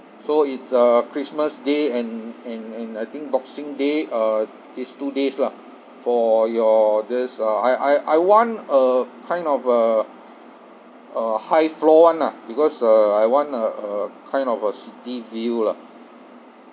so it's uh christmas day and and and I think boxing day uh these two days lah for your this uh I I I want a kind of a a high floor [one] ah because uh I want a a a kind of a city view lah